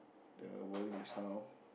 the volume the sound